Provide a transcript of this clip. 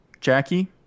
jackie